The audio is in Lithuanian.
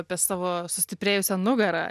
apie savo sustiprėjusią nugarą